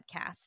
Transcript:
podcast